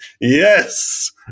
yes